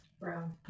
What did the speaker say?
Brown